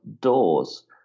doors